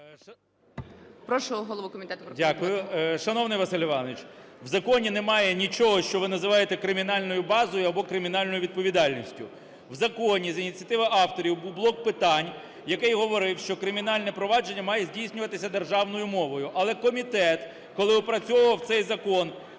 Дякую. Шановний Василь Іванович, в законі немає нічого, що ви називаєте кримінальною базою або кримінальною відповідальністю. В законі за ініціативою авторів був блок питань, який говорив, що кримінальне провадження має здійснюватися державною мовою, але комітет, коли опрацьовував цей закон,